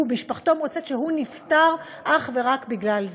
משפחתו מוצאת, שהוא נפטר אך ורק בגלל זה.